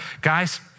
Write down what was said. Guys